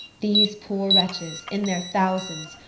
these poor wretches, in their thousands,